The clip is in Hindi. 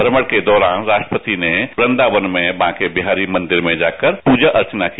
श्नमण के दौरान राष्ट्रपति ने वृदावन में बांके बिहारी मॉदेर में जाकर प्रजा अर्चना की